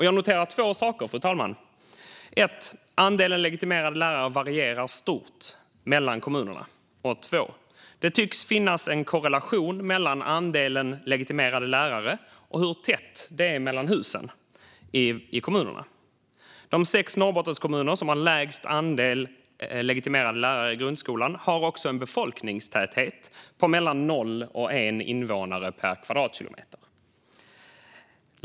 Jag noterar två saker, fru talman: För det första att andelen legitimerade lärare varierar stort mellan kommunerna och för det andra att det tycks finnas en korrelation mellan andelen legitimerade lärare och hur tätt det är mellan husen i dessa kommuner. De sex Norrbottenskommuner som har lägst andel legitimerade lärare i grundskolan har också en befolkningstäthet på mellan 0 och 1 invånare per kvadratkilometer.